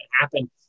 happen